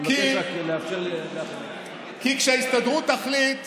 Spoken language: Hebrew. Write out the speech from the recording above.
אני מבקש רק לאפשר, כי כשההסתדרות תחליט,